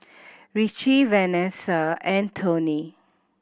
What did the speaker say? Ricci Venessa and Tony